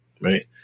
right